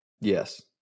Yes